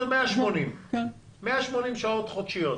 זה 180 שעות בחודש.